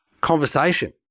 conversation